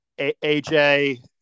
AJ